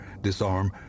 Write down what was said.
disarm